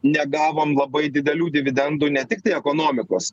negavom labai didelių dividendų ne tiktai ekonomikos